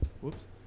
Whoops